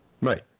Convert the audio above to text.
Right